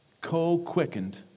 co-quickened